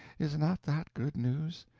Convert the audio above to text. is not that good news?